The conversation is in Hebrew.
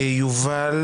יובל